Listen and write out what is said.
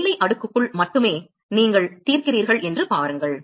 எல்லை அடுக்குக்குள் மட்டுமே நீங்கள் தீர்க்கிறீர்கள் என்று பாருங்கள்